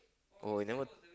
oh you never